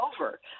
over